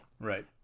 Right